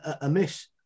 amiss